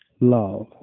love